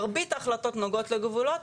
מרבית ההחלטות נוגעות לגבולות,